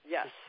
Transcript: Yes